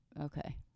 Okay